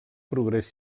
progrés